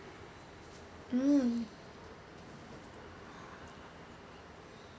mm